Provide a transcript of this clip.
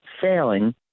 failing